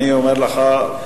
אני אומר לך: